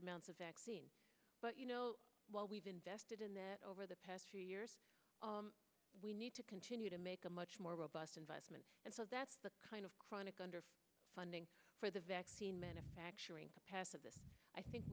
amounts of vaccine but you know while we've invested in that over the past two years we need to continue to make a much more robust investment and so that's the kind of chronic under funding for the vaccine manufacturing capacity i think